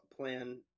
plan